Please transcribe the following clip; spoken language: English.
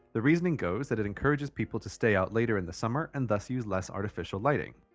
the reasoning goes that it encourages people to say out later in the summer and thus use less artificial lighting.